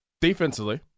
Defensively